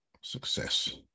success